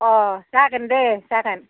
अह जागोन दे जागोन